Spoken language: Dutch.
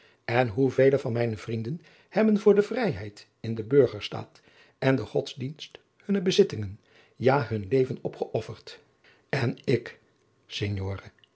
en hoevele van mijne vrienden hebben voor de vrijheid in den burgerstaat en den godsdienst hunne bezittingen ja hun leven opgeofferd en ik